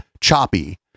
choppy